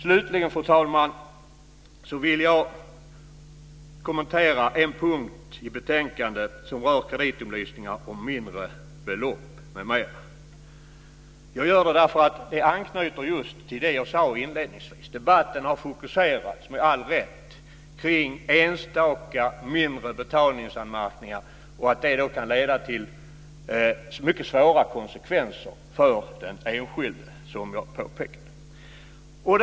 Slutligen, fru talman, vill jag kommentera en punkt i betänkandet som rör kreditupplysningar om mindre belopp m.m. Jag gör det därför att det anknyter just till det jag sade inledningsvis. Debatten har fokuserats, med all rätt, på enstaka mindre betalningsanmärkningar och på att de kan få mycket svåra konsekvenser för den enskilde, som jag påpekade.